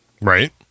Right